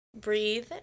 breathe